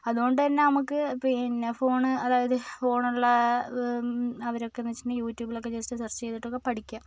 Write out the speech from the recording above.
അതുകൊണ്ടുതന്നെ നമുക്ക് പിന്നെ ഫോണ് അതായത് ഫോണുള്ള അവരൊക്കേന്ന് വെച്ചിട്ടുണ്ടെങ്കിൽ യൂട്യൂബിലൊക്കെ ജസ്റ്റ് സെർച്ചെയ്തിട്ടൊക്കെ പഠിക്കുക